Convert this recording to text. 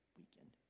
weekend